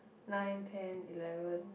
nine ten eleven